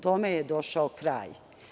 Tome je došao kraj.